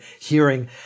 hearing